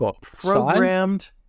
programmed